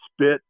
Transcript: spit